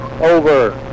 Over